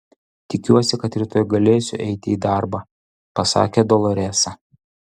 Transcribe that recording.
tikiuosi kad rytoj galėsiu eiti į darbą pasakė doloresa